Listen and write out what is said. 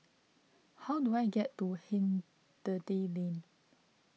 how do I get to Hindhede Lane